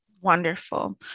Wonderful